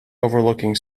overlooking